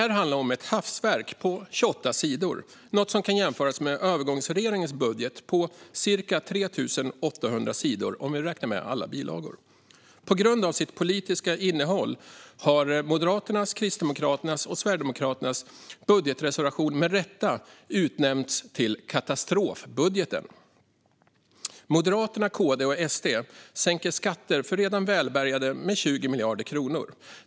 Det handlar om ett hafsverk på 28 sidor, vilket kan jämföras med övergångsregeringens budget på ca 3 800 sidor om vi räknar med alla bilagor. På grund av sitt politiska innehåll har Moderaternas, Kristdemokraternas och Sverigedemokraternas budgetreservation med rätta utnämnts till en katastrofbudget. Moderaterna, KD och SD sänker skatter för redan välbärgade med 20 miljarder kronor.